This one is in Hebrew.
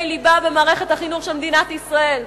ליבה במערכת החינוך של מדינת ישראל.